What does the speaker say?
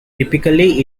typically